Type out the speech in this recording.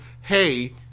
Hey